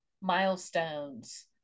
milestones